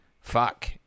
fuck